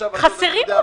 חסרים רופאים.